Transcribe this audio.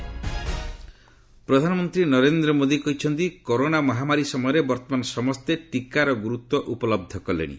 ମନ୍ କୀ ବାତ୍ ପ୍ରଧାନମନ୍ତ୍ରୀ ନରେନ୍ଦ୍ର ମୋଦି କହିଛନ୍ତି କରୋନା ମହାମାରୀ ସମୟରେ ବର୍ତ୍ତମାନ ସମସ୍ତେ ଟିକାର ଗୁରୁତ୍ୱ ଉପଲହ୍ଧ କଲେଣି